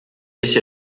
ich